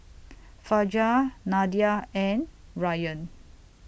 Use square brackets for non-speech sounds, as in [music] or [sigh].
[noise] Fajar Nadia and Ryan